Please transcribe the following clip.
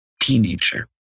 teenager